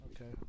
Okay